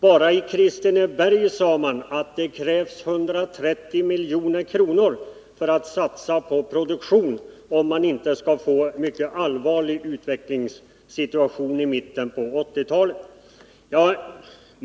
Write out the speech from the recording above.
Bara i Kristineberg krävs det, sade man, 130 milj.kr. för satsning på produktion, om man inte skall få en mycket allvarlig utvecklingssituation i mitten av 1980-talet.